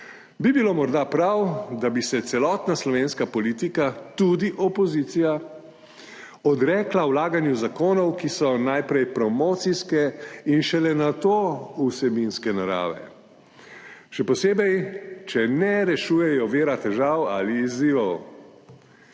bi bilo morda prav, da bi se celotna slovenska politika, tudi opozicija, odrekla vlaganju zakonov, ki so najprej promocijske in šele nato vsebinske narave, še posebej, če ne rešujejo vira težav ali izzivov.